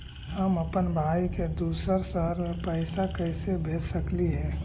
हम अप्पन भाई के दूसर शहर में पैसा कैसे भेज सकली हे?